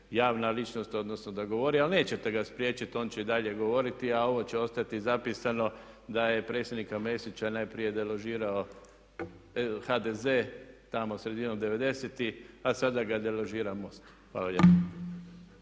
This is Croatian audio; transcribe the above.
javna ličnost, odnosno da govori. Ali nećete ga spriječiti. On će i dalje govoriti, a ovo će ostati zapisano da je predsjednika Mesića najprije deložirao HDZ tamo sredinom devedesetih, a sada ga deložira MOST. Hvala